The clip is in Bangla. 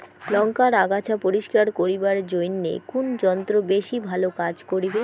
লংকার আগাছা পরিস্কার করিবার জইন্যে কুন যন্ত্র বেশি ভালো কাজ করিবে?